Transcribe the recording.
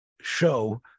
show